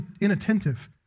inattentive